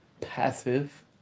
passive